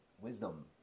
wisdom